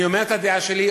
אני אומר את הדעה שלי,